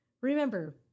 Remember